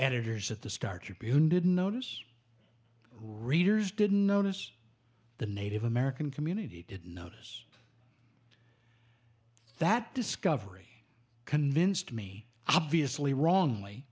editors at the star tribune didn't notice readers didn't notice the native american community to notice that discovery convinced me obviously wrongly